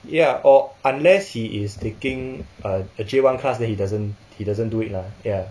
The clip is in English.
ya or unless he is taking a a J one class then he doesn't he doesn't do it lah ya